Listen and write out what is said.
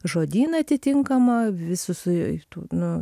žodyną atitinkamą vis su su tų nu